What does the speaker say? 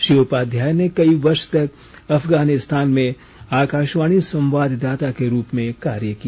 श्री उपाध्याय ने कई वर्ष तक अफगानिस्तान में आकाशवाणी संवाददाता के रूप में कार्य किया